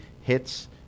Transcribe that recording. hits